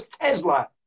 Tesla